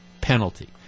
penalty